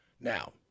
Now